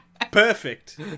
Perfect